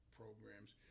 programs